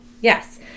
Yes